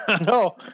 No